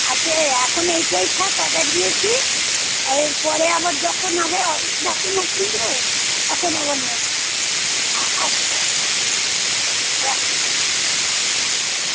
আছে এখন এইটাই থাক অর্ডার দিয়েছি এরপরে আবার যখন হবে অনেক নাতি নাতনি তো তখন আবার নেবো আ আচ্ছা রা